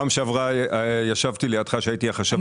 פעם שעברה ישבתי לידך כשהייתי החשב הכללי.